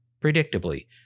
Predictably